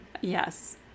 Yes